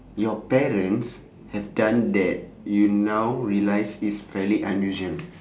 your parents have done that you now realise that is fairly unusual